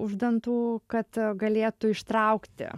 už dantų kad galėtų ištraukti